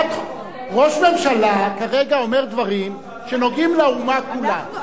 ראש ממשלה כרגע אומר דברים שנוגעים לאומה כולה.